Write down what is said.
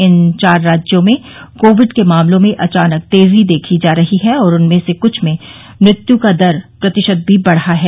इन चार राज्यों में कोविड के मामलों में अचानक तेजी देखी जा रही है और उनमें से कुछ में मृत्यु दर का प्रतिशत भी बढा है